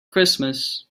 christmas